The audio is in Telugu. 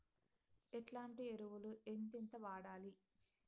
ఎట్లాంటి ఎరువులు ఎంతెంత వాడాలి?